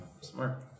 Smart